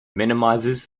minimizes